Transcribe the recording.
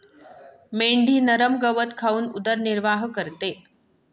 मेंढी नरम गवत खाऊन उदरनिर्वाह करते